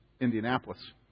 Indianapolis